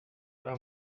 vara